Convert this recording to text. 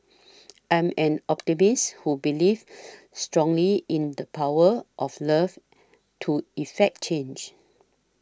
I'm an optimist who believes strongly in the power of love to effect change